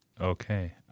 Okay